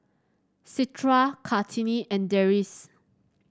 Citra Kartini and Deris